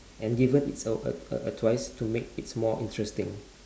and given it's a a a twice to make it more interesting